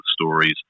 stories